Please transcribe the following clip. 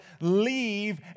leave